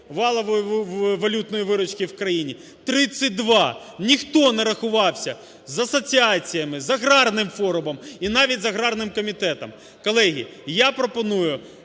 валової валютної виручки в країні, 32. Ніхто не рахувався з асоціаціями, з аграрним форумом і навіть з аграрним комітетом. Колеги, я пропоную,